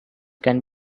can